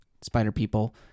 Spider-People